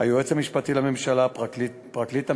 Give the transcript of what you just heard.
היועץ המשפטי לממשלה, פרקליט המדינה,